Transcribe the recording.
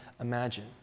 imagine